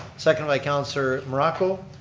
second by counselor morocco.